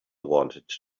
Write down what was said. wanted